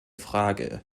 frage